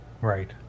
Right